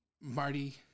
marty